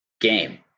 game